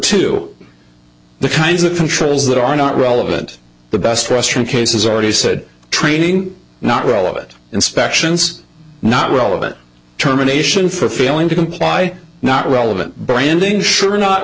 two the kinds of controls that are not relevant the best restroom cases are already said training not relevant inspections not relevant terminations for failing to comply not relevant branding sure